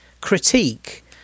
critique